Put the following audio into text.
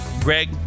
Greg